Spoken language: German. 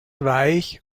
weich